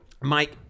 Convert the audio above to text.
Mike